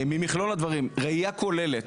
עכשיו ממכלול הדברים ראייה כוללת,